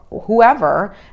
whoever